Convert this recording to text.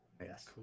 Yes